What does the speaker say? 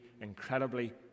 incredibly